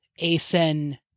ASEN